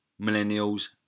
Millennials